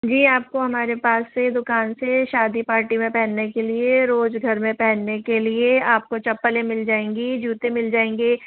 जी आपको हमारे पास से दुकान से शादी पार्टी में पहन्ने के लिए रोज़ घर में पहनने के लिए आपको चप्पलें मिल जाएंगी जूते मिल जाएंगे